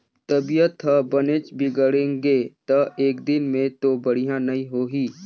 तबीयत ह बनेच बिगड़गे त एकदिन में तो बड़िहा नई होही